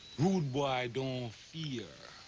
rude boy don't fear.